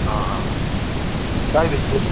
ꯑꯥ ꯑꯥ ꯀꯥꯏꯗꯒꯤ ꯑꯣꯏꯕꯤꯔꯕꯅꯣ